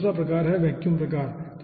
तो यह दूसरा प्रकार है वैक्यूम प्रकार